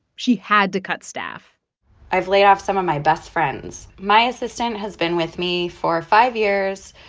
she had to cut staff i've laid off some of my best friends. my assistant has been with me for five years.